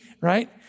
right